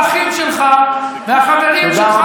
האחים שלך והחברים שלך,